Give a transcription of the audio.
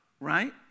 right